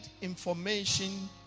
information